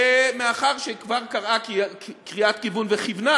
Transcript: ומאחר שהיא כבר קראה קריאת כיוון וכיוונה,